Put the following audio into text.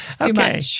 Okay